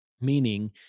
meaning